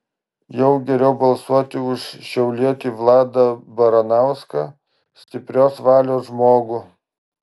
jau geriau balsuoti už šiaulietį vladą baranauską stiprios valios žmogų